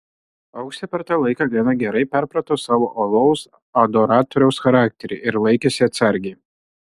auksė per tą taiką gana gerai perprato savo uolaus adoratoriaus charakterį ir laikėsi atsargiai